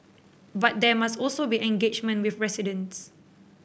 but there must also be engagement with residents